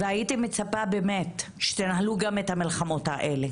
והייתי מצפה באמת שתנהלו גם את המלחמות האלה.